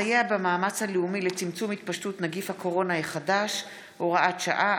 במאמץ הלאומי לצמצום התפשטות נגיף הקורונה החדש (הוראת שעה),